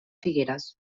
figueres